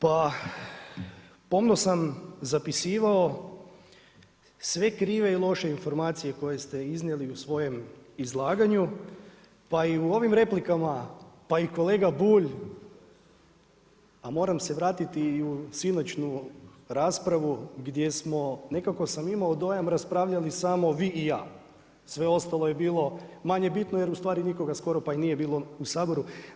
Pa pomno sam zapisivao sve krive i loše informacije koje ste iznijeli u svojem izlaganju pa i u ovim replikama, pa i kolega Bulj, a moram se vratiti i u sinoćnju raspravu gdje smo, nekako sam imao dojam raspravljali samo vi i ja, sve ostalo je bilo manje bitno jer ustvari nikoga skoro pa i nije bilo u Saboru.